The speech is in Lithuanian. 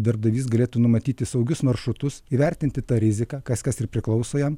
darbdavys galėtų numatyti saugius maršrutus įvertinti tą riziką kas kas ir priklauso jam